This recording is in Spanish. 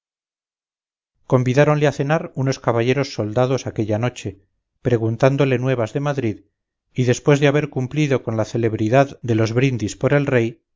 convidáronle a cenar unos caballeros soldados aquella noche preguntándole nuevas de madrid y después de haber cumplido con la celebridad de los brindis por el rey